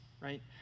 right